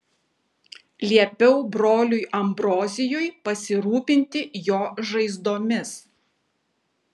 liepiau broliui ambrozijui pasirūpinti jo žaizdomis